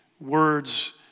words